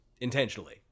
intentionally